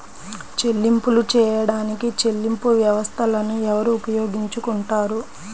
చెల్లింపులు చేయడానికి చెల్లింపు వ్యవస్థలను ఎవరు ఉపయోగించుకొంటారు?